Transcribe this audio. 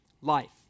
life